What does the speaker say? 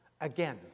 again